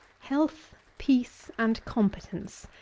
health, peace, and competence,